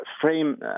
frame